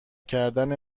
کردن